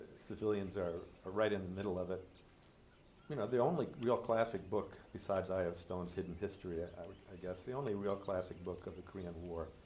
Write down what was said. civilians are ah right in the middle of it you know the only real classic book besides i f stone's hidden history a i guess the only real classic book of the korean war